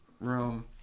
room